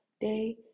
day